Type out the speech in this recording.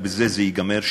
ובזה זה ייגמר.